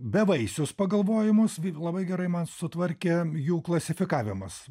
bevaisius pagalvojimus labai gerai man sutvarkė jų klasifikavimas